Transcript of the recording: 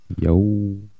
Yo